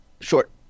short